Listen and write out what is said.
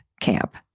camp